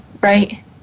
right